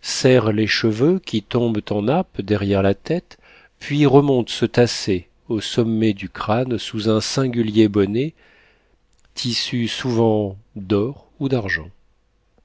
serrent les cheveux qui tombent en nappe derrière la tête puis remontent se tasser au sommet du crâne sous un singulier bonnet tissu souvent d'or ou d'argent